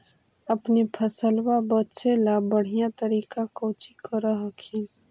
अपने फसलबा बचे ला बढ़िया तरीका कौची कर हखिन?